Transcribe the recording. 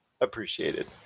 appreciated